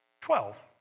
Twelve